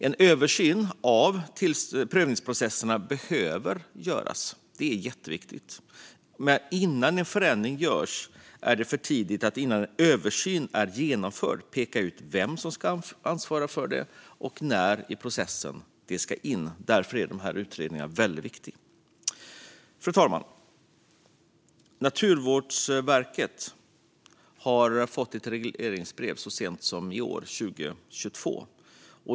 En översyn av prövningsprocesserna behöver göras. Det är jätteviktigt. Men innan en översyn genomförs är det för tidigt att peka ut vem som ska ansvara för vad och när i processen det ska in. Därför är de här utredningarna väldigt viktiga. Fru talman! Naturvårdsverket har fått ett regleringsbrev så sent som i år, 2022.